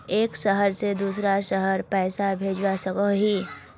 एक शहर से दूसरा शहर पैसा भेजवा सकोहो ही?